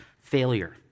failure